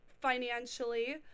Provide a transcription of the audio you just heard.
financially